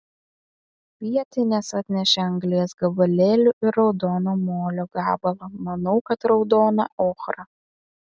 vietinės atnešė anglies gabalėlių ir raudono molio gabalą manau kad raudoną ochrą